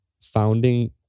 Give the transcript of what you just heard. founding